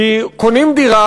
קונים דירה,